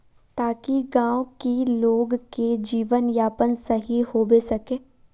ताकि गाँव की लोग के जीवन यापन सही होबे सके?